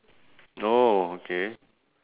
orh okay